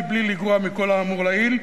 מבלי לגרוע מן האמור" לעיל,